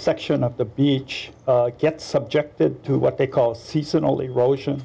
section of the each gets subjected to what they call seasonally roshon